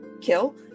kill